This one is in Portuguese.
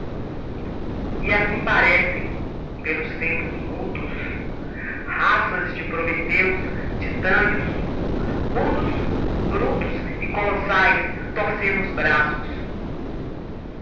e assim parecem pelos tempos mudos raças de prometeus titânios rudos brutos e colossais torcendo os braços